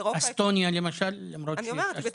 אסטוניה היא לא גדולה,